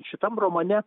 šitam romane